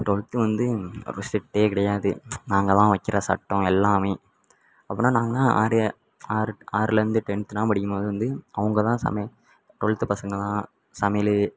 twelfth வந்து அப்போ ஸ்ட்ரிட்டே கிடையாது நாங்கள்தான் வைக்கிற சட்டம் எல்லாமே அப்பெல்லாம் நாங்கள்தான் ஆடே ஆறு ஆறுலருந்து டென்த்தெல்லாம் படிக்கும்போது வந்து அவங்கதான் சமை ட்வல்த்து பசங்கள்தான் சமையல்